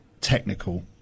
technical